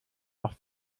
auch